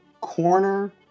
corner